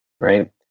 right